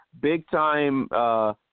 big-time